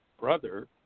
brother